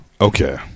Okay